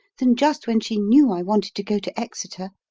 than just when she knew i wanted to go to exeter!